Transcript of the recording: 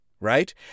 right